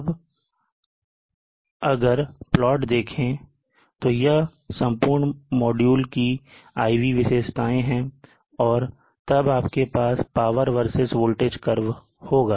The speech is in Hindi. अब अदर प्लाट देखें यह संपूर्ण मॉड्यूल की IV विशेषताएं हैं और तब आपके पास पावर वर्सेस वोल्टेज curve होगा